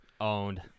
Owned